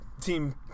team